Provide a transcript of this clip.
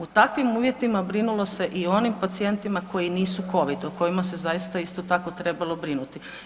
U takvim uvjetima brinulo se i onim pacijentima koji nisu COVID, o kojima se zaista isto tako trebalo brinuti.